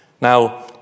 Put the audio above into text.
Now